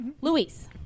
Luis